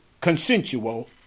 consensual